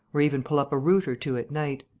or even pull up a root or two at night.